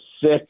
six